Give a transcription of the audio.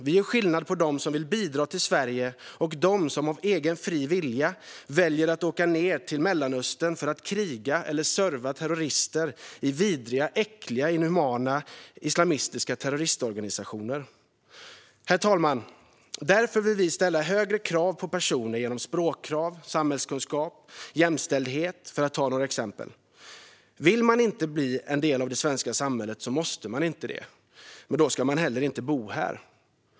Vi gör skillnad på dem som vill bidra till Sverige och dem som av egen fri vilja väljer att åka ned till Mellanöstern för att kriga eller serva terrorister i vidriga, äckliga och inhumana islamistiska terroristorganisationer. Herr talman! Vi vill därför ställa högre krav på personer vad gäller kunskap om språk, samhälle och jämställdhet, för att ta några exempel. Vill man inte bli en del av det svenska samhället måste man inte det, men då ska man heller inte bo här.